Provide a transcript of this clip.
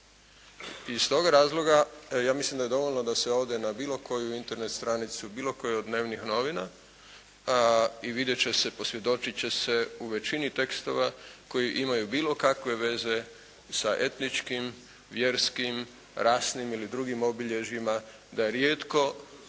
I iz tog razloga ja mislim da je dovoljno da se ovdje na bilo koju Internet stranicu, bilo kojih od dnevnih novina i vidjet će se, posvjedočit će se u većini tekstova koji imaju bilo kakve veze sa etničkim, vjerskim, rasnim ili drugim obilježjima da je rijetko